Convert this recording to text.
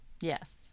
Yes